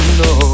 no